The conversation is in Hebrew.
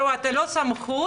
אתה לא סמכות,